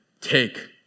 take